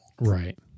Right